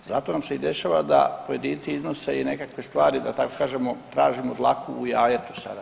Zato nam se i dešava da pojedinci iznose i nekakve stvari da tako kažemo tražimo dlaku u jajetu“ sada.